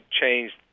changed